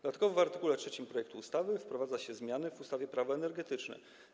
Dodatkowo w art. 3 projektu ustawy wprowadza się zmiany w ustawie Prawo energetyczne.